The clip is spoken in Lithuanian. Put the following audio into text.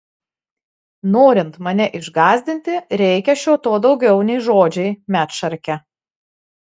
norint mane išgąsdinti reikia šio to daugiau nei žodžiai medšarke